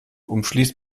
umschließt